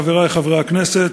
חברי חברי הכנסת,